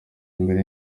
imbere